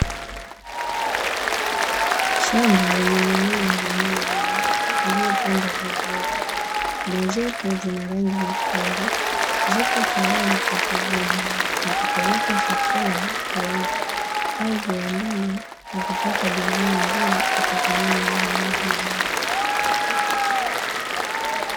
Shamba lenye mimea jamii ya nyanya iliyopandwa vizuri, na zote zina rangi nyekundu, zipo tayari kwa kuvunwa na kupelekwa sokoni kuuzwa, au viwandani kwa kupata bidhaa nzuri, itokanayo na nyanya hizo.